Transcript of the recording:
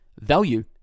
value